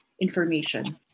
information